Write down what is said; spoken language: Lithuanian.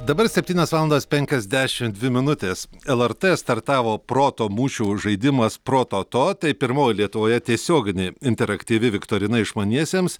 dabar septynios valandos penkiasdešim dvi minutės lrt startavo proto mūšių žaidimas prototo tai pirmoji lietuvoje tiesioginė interaktyvi viktorina išmaniesiems